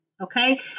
okay